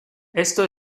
esto